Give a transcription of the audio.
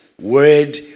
word